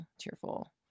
cheerful